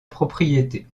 propriété